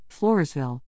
Floresville